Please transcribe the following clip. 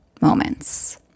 moments